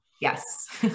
Yes